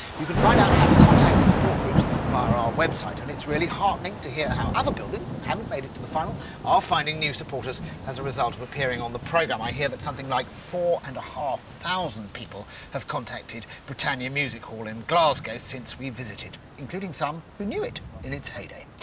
you can find out how to contact the support groups via our our website and it's really heartening to hear how other buildings that haven't made it to the final are finding new supporters as a result of appearing on the program. i hear that something like four and a half thousand people have contacted britannia music hall in glasgow since we visited, including some who knew it in its heyday.